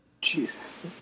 Jesus